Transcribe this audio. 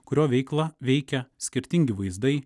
kurio veiklą veikia skirtingi vaizdai